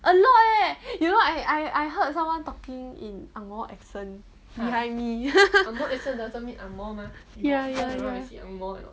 a lot leh you know I I heard someone talking in angmoh accent behind me ya ya ya